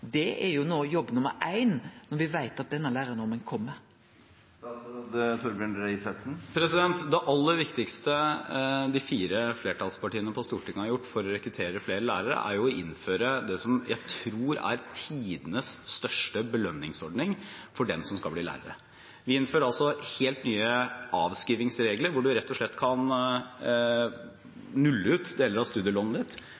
Det er no jobb nummer éin, når me veit at denne lærarnorma kjem. Det aller viktigste de fire flertallspartiene på Stortinget har gjort for å rekruttere flere lærere, er å innføre det som jeg tror er tidenes største belønningsordning for dem som skal bli lærere. Vi innfører helt nye avskrivingsregler, hvor man rett og slett kan